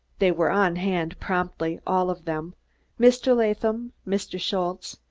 they were on hand promptly, all of them mr. latham, mr. schultze,